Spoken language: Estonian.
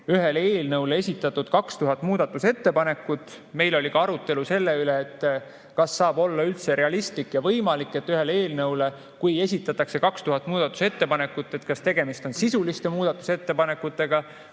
ühele eelnõule esitatud 2000 muudatusettepanekut. Meil oli ka arutelu selle üle, kas saab olla üldse realistlik ja võimalik, et kui ühe eelnõu kohta esitatakse 2000 muudatusettepanekut, siis on tegemist sisuliste muudatusettepanekutega,